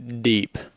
deep